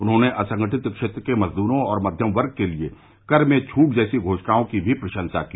उन्होंने असंगठित क्षेत्र के मजदूरों और मध्यम वर्ग के लिए कर में छूट जैसी घोषणाओं की भी प्रशंसा की